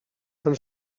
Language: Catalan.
fan